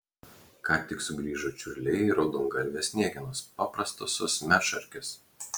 ką tik sugrįžo čiurliai ir raudongalvės sniegenos paprastosios medšarkės